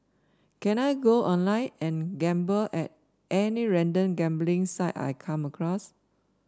can I go online and gamble at any random gambling site I come across